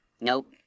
Nope